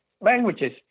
languages